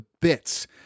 bits